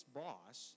boss